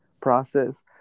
process